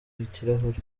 ikirahuri